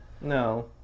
No